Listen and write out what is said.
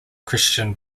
christian